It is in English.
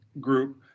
group